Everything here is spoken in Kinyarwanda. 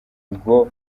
ngo